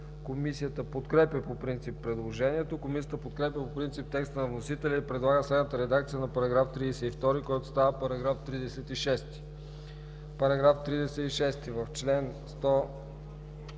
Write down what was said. Комисията подкрепя по принцип предложението. Комисията подкрепя по принцип текста на вносителя и предлага следната редакция на § 32, който става § 36: „§ 36. В чл. 157